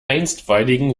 einstweiligen